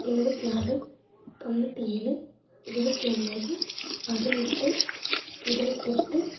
எழுபத்தி ஆறு தொண்ணூற்றி ஏழு இருபத்தி ஒம்பது பதினெட்டு இருபத்தெட்டு